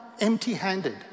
empty-handed